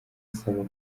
asaba